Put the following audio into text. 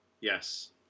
Yes